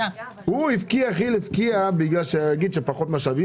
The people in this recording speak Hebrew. כי"ל הפקיעה כי נגיד שפחות משאבים,